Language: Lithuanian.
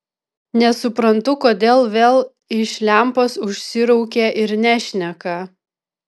nesuprantu kodėl vėl iš lempos užsiraukė ir nešneka